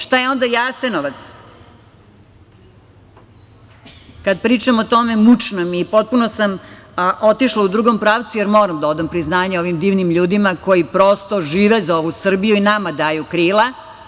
Šta je onda Jasenovac. kada pričam o tome, mučno mi je i potpuno sam otišla u drugom pravcu, jer moram da odam priznanje ovim divnim ljudima koji prosto žive za ovu Srbiju i nama daju krila.